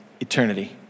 eternity